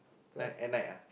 night at night lah